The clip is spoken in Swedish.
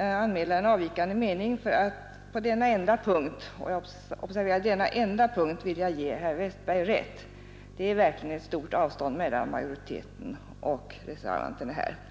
anmäla avvikande uppfattning. På denna enda punkt — observera denna enda punkt — vill jag ge herr Westberg rätt. Det är verkligen ett stort avstånd mellan majoriteten och reservanterna här.